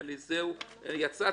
יצאתי,